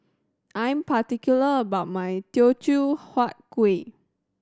I am particular about my Teochew Huat Kuih